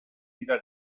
dira